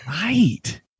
Right